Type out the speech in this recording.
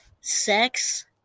sex